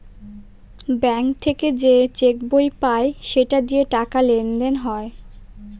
bank থেকে যে cheque বই পায় সেটা দিয়ে টাকা লেনদেন হয়